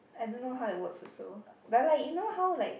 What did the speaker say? I don't know how it work also but like you know how like